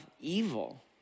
evil